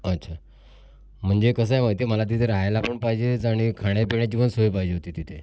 अच्छा म्हणजे कसं आहे माहिती आहे मला तिथे रहायला पण पाहिजेच आणि खाण्यापिण्याची पण सोय पाहिजे होती तिथे